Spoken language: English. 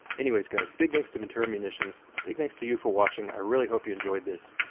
anyways guys, big thanks to ventura munitions. big thanks to you for watching. i really hope you enjoyed this.